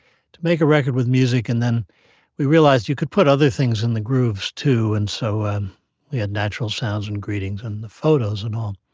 to make a record with music and then we realized you could put other things in the grooves too, and so um we had natural sounds and greetings and the photos and all